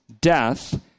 death